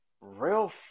real